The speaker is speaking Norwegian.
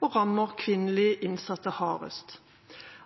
og rammer kvinnelige innsatte.